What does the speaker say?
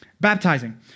Baptizing